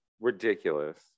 ridiculous